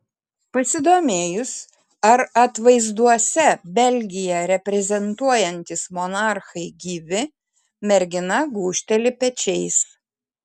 pasidomėjus ar atvaizduose belgiją reprezentuojantys monarchai gyvi mergina gūžteli pečiais